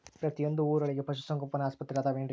ಪ್ರತಿಯೊಂದು ಊರೊಳಗೆ ಪಶುಸಂಗೋಪನೆ ಆಸ್ಪತ್ರೆ ಅದವೇನ್ರಿ?